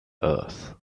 earth